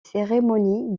cérémonies